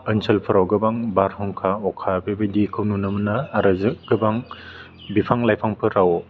ओनसोलफ्राव गोबां बारहुंखा अखा बे बायदिखौ नुनो मोनो आरो जो गोबां बिफां लाइफांफोराव